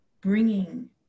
bringing